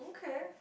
okay